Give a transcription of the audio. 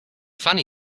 funny